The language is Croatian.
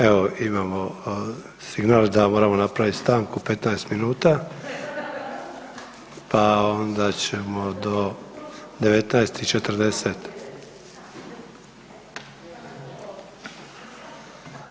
Evo imamo signal da moramo napraviti stanku 15 minuta, pa onda ćemo do 18 i 40.